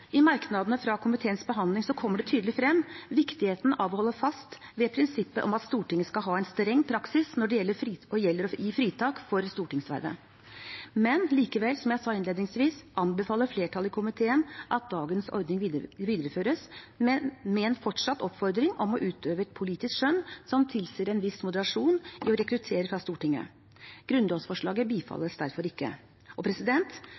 I merknadene fra komiteens behandling kommer viktigheten av å holde fast ved prinsippet om at Stortinget skal ha en streng praksis når det gjelder å gi fritak for stortingsvervet, tydelig frem. Likevel, som jeg sa innledningsvis, anbefaler flertallet i komiteen at dagens ordning videreføres, men med en fortsatt oppfordring om å utøve et politisk skjønn som tilsier en viss moderasjon i å rekruttere fra Stortinget. Grunnlovsforslaget bifalles derfor ikke. På denne bakgrunn støtter ikke komiteens flertall – medlemmene fra Arbeiderpartiet og